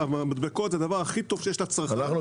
שהמדבקות זה הדבר הכי טוב שיש לצרכן- -- אנחנו